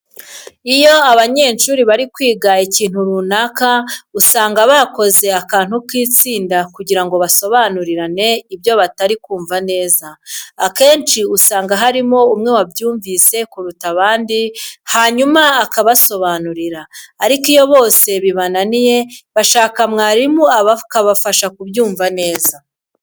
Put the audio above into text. Iyo abanyeshuri bari kwiga ikintu runaka usanga bakoze akantu nk'itsinda kugira ngo basobanurirane ibyo batari kumva neza. Akenshi usanga harimo umwe wabyumvise kuruta abandi hanyuma akabasobanurira, ariko iyo bose bibananiye bashaka mwarimu akabafasha kubyumva neza.